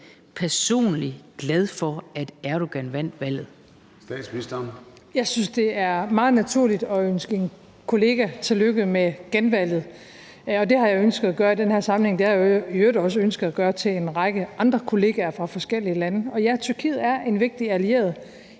Kl. 00:17 Statsministeren (Mette Frederiksen): Jeg synes, det er meget naturligt at ønske en kollega tillykke med genvalget. Det har jeg ønsket at gøre i den her sammenhæng, og det har jeg i øvrigt også ønsket at gøre med hensyn til en række andre kollegaer fra forskellige lande. Og ja, Tyrkiet er en vigtig allieret